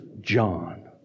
John